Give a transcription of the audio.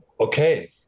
Okay